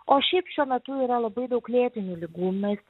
o šiaip šiuo metu yra labai daug lėtinių ligų mes